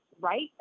right